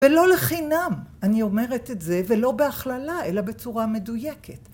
ולא לחינם, אני אומרת את זה, ולא בהכללה, אלא בצורה מדויקת.